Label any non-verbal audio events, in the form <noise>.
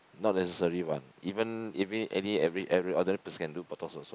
not necessary one even <noise> other person can do botox also